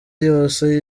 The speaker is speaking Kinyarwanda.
yose